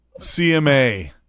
CMA